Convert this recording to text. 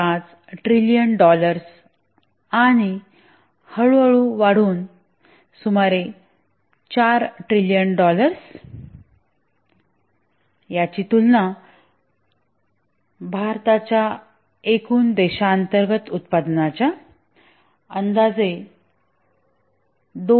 5 trillion dollars आणि हळूहळू वाढून सुमारे 4 ट्रिलियन डॉलर आणि याची तुलना भारताच्या एकूण देशांतर्गत उत्पादनाच्या अंदाजे 2